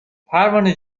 پروانه